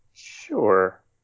Sure